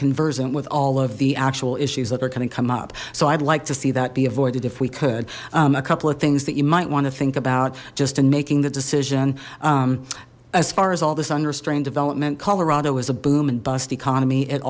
convergent with all of the actual issues that are going to come up so i'd like to see that be avoided if we could a couple of things that you might want to think about just in making the decision as far as all this unrestrained development colorado is a boom and bust economy it